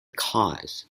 cause